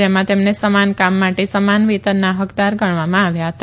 જેમાં તેમને સમાન કામ માટે સમાન વેતનના હકદાર ગણવામાં આવ્યા હતા